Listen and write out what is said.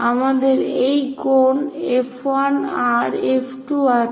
আমাদের এই কোণ F1 R F2 আছে